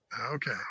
Okay